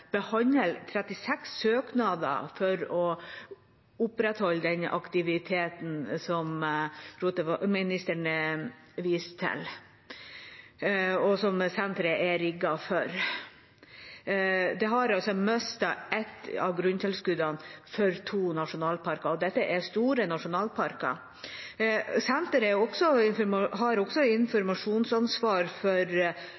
til, og som senteret er rigget for. De har mistet et av grunntilskuddene for to nasjonalparker, og dette er store nasjonalparker. Senteret har også